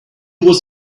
was